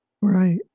Right